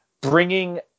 bringing